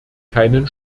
keinen